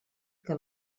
que